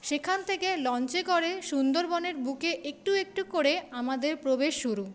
সেখান থেকে লঞ্চে করে সুন্দরবনের বুকে একটু একটু করে আমাদের প্রবেশ শুরু